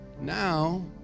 now